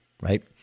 Right